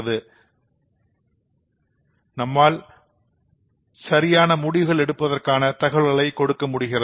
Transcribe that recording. மேலும் நம்மால் சரியான முடிவு எடுப்பதற்கான தகவல்களை கொடுக்க முடியும்